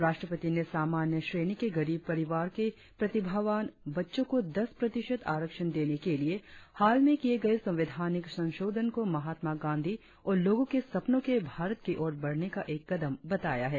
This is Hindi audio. राष्ट्रपति ने सामान्य श्रेणी के गरीब परिवार के प्रतिभावान बच्चों को दस प्रतिशत आरक्षण देने के लिए हाल में किये गये संवैधानिक संशोधन को महात्मा गांधी और लोगो के सपनों के भारत की ओर बढ़ने का एक कदम बताया है